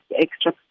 extra